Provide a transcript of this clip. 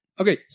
Okay